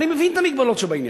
אני מבין את המגבלות שבעניין.